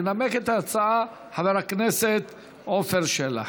ינמק את ההצעה חבר הכנסת עפר שלח.